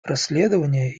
расследования